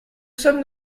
sommes